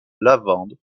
lavande